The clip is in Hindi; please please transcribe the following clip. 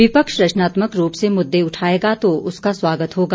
विपक्ष रचनात्मक रूप से मुद्दे उठाएगा तो उसका स्वागत होगा